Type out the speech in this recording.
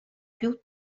più